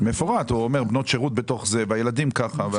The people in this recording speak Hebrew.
הוא אומר בנות שירות בתוך זה, והילדים ככה.